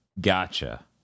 Gotcha